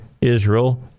Israel